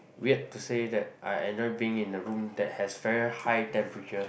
weird to say that I enjoy being in a room that has very high temperature